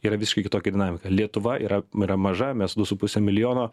yra visiškai kitokia dinamika lietuva yra yra maža mes du su puse milijono